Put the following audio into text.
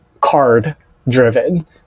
card-driven